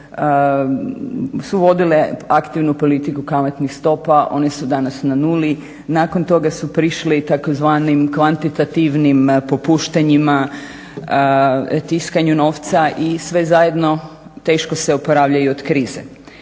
su vodile aktivnu politiku kamatnih stopa, one su danas na 0, nakon toga su prišli i tzv. kvantitativnim popuštanjima, tiskanju novca i sve zajedno teško se opravljaju od krize.